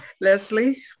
Leslie